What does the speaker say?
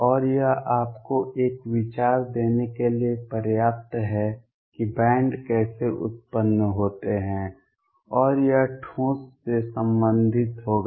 और यह आपको एक विचार देने के लिए पर्याप्त है कि बैंड कैसे उत्पन्न होते हैं और यह ठोस से संबंधित होगा